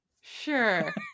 sure